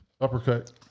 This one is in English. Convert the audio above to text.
uppercut